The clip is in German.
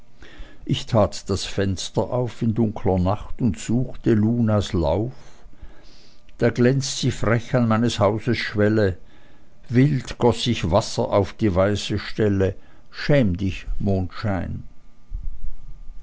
ich tat das fenster auf in dunkler nacht und suchte lunas lauf da glänzt sie frech an meines hauses schwelle wild goß ich wasser auf die weiße stelle schäm dich mondschein